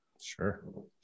Sure